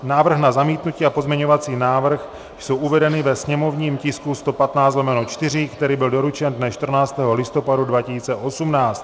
Návrh na zamítnutí a pozměňovací návrhy jsou uvedeny ve sněmovním tisku 115/4, který byl doručen dne 14. listopadu 2018.